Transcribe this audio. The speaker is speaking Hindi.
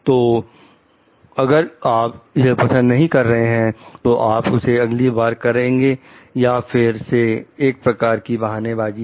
तो अगर आप उसे पसंद नहीं कर रहे हैं तो आप उसे अगली बार करेंगे यह फिर से एक प्रकार की बहानेबाजी है